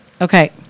Okay